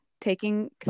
Taking